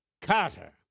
Carter